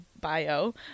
bio